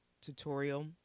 tutorial